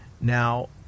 Now